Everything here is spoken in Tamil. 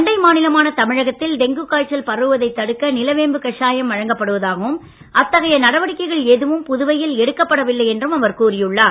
அண்டை மாநிலமான தமிழகத்தில் டெங்கு காய்ச்சல் பரவுவதைத் தடுக்க நிலவேம்பு காசாயம் வழங்கப்படுவதாகவும் அத்தகைய நடவடிக்கைகள் எதுவும் புதுவையில் எடுக்கப்படவில்லை என்றும் அவர் கூறியுள்ளார்